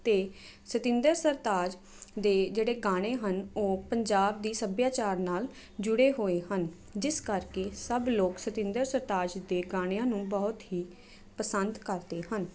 ਅਤੇ ਸਤਿੰਦਰ ਸਰਤਾਜ ਦੇ ਜਿਹੜੇ ਗਾਣੇ ਹਨ ਉਹ ਪੰਜਾਬ ਦੇ ਸੱਭਿਆਚਾਰ ਨਾਲ ਜੁੜੇ ਹੋਏ ਹਨ ਜਿਸ ਕਰਕੇ ਸਭ ਲੋਕ ਸਤਿੰਦਰ ਸਰਤਾਜ ਦੇ ਗਾਣਿਆਂ ਨੂੰ ਬਹੁਤ ਹੀ ਪਸੰਦ ਕਰਦੇ ਹਨ